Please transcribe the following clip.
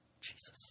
Jesus